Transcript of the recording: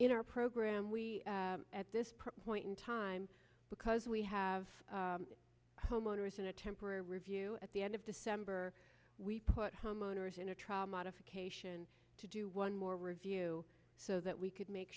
in our program we at this point in time because we have homeowners in a temporary review at the end of december we put homeowners in a trial modification to do one more review so that we could make